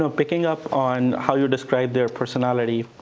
ah picking up on how you describe their personality.